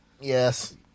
Yes